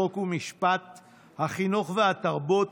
חוק ומשפט והחינוך והתרבות,